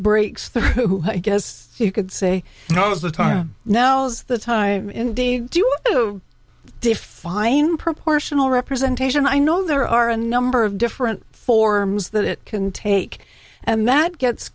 breaks through i guess you could say now is the time now's the time indeed do you define proportional representation i know there are a number of different forms that it can take and that gets